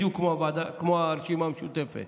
בדיוק כמו הרשימה המשותפת.